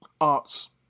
arts